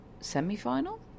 semi-final